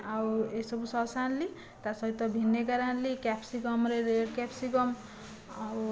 ଆଉ ଏ ସବୁ ସସ୍ ଆଣିଲି ତା ସହିତ ଭିନେଗାର ଆଣିଲି କ୍ୟାପ୍ସିକମରେ ରେଡ କ୍ୟାପ୍ସିକମ ଆଉ